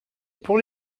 pour